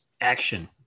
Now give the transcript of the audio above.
action